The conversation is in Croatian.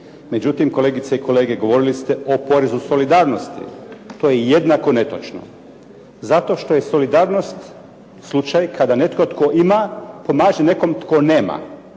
Međutim, kolegice i kolege, govorili se o porezu solidarnosti. To je jednako netočno. Zato što je solidarnost slučaj kada netko tko ima pomaže nekom tko nema.